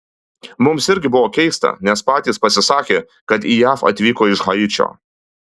mums irgi buvo keista nes patys pasisakė kad į jav atvyko iš haičio